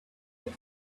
good